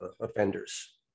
offenders